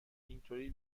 اینطوری